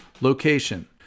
location